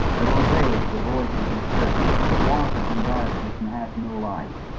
that obeyeth the voice of his servant, that walketh in darkness and hath no light?